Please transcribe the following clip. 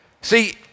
see